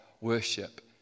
worship